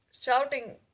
shouting